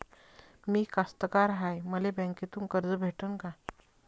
मी कास्तकार हाय, मले बँकेतून कर्ज भेटन का?